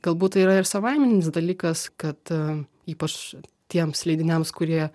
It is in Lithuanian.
galbūt tai yra ir savaiminis dalykas kad ypač tiems leidiniams kurie